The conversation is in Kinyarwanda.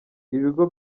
ibigo